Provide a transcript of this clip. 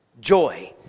joy